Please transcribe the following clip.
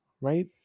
right